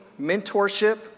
mentorship